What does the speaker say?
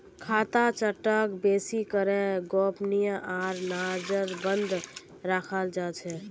खाता चार्टक बेसि करे गोपनीय आर नजरबन्द रखाल जा छे